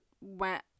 went